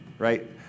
right